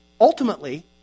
Ultimately